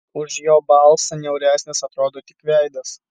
už jo balsą niauresnis atrodo tik veidas